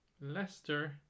Leicester